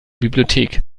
bibliothek